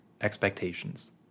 expectations